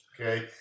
okay